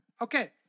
Okay